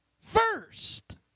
first